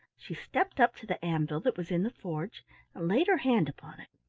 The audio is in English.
she stepped up to the anvil that was in the forge and laid her hand upon it.